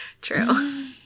True